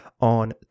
on